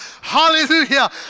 Hallelujah